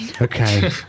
Okay